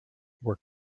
were